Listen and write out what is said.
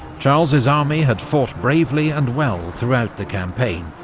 charles's army had fought bravely and well throughout the campaign.